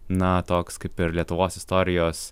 na toks kaip ir lietuvos istorijos